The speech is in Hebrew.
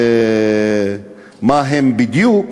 מה הן בדיוק,